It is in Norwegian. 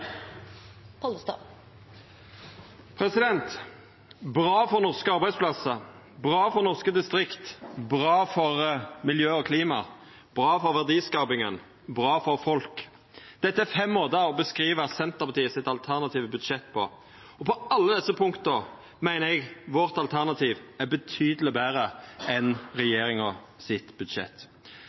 vedtatt. Bra for norske arbeidsplassar, bra for norske distrikt, bra for miljø og klima, bra for verdiskapinga, bra for folk – dette er fem måtar å beskriva Senterpartiets alternative budsjett på, og på alle desse punkta meiner eg vårt alternativ er betydeleg betre enn regjeringa sitt budsjett.